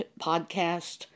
podcast